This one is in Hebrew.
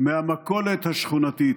מהמכולת השכונתית.